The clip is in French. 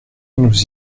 nous